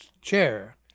chair